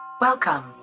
Welcome